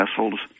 vessels